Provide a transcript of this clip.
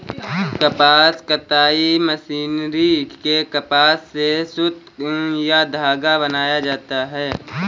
कपास कताई मशीनरी में कपास से सुत या धागा बनाया जाता है